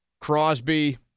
Crosby